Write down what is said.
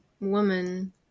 woman